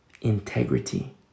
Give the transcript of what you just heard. integrity